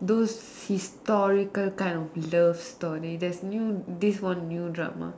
those historical kind of love story there is new this one new drama